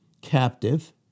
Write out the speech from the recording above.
captive